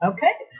Okay